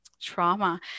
trauma